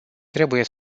trebuie